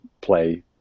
play